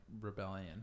rebellion